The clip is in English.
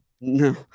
No